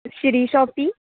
Shri shoppe